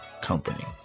company